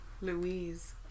louise